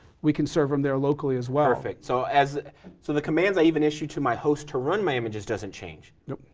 we can serve them there locally as well. perfect, so so the commands i even issue to my host to run my images doesn't change. nope.